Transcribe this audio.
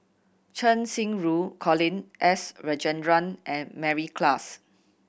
Cheng Xinru Colin S Rajendran and Mary Klass